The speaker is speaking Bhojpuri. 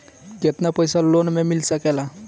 केतना पाइसा लोन में मिल सकेला?